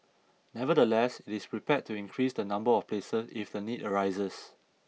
nevertheless it is prepared to increase the number of places if the need arises